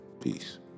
Peace